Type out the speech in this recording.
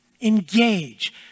engage